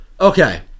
Okay